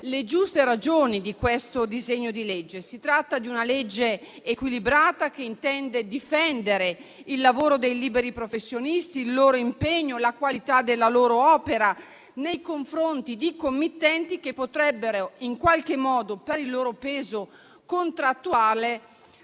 le giuste ragioni di questo disegno di legge. Si tratta di un testo equilibrato, che intende difendere il lavoro dei liberi professionisti, il loro impegno, la qualità della loro opera nei confronti di committenti che in qualche modo, per il loro peso contrattuale,